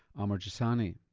amar jesani.